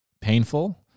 painful